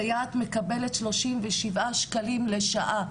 סייעת מקבלת שלושים ושבעה שקלים לשעה,